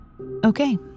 Okay